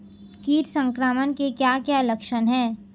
कीट संक्रमण के क्या क्या लक्षण हैं?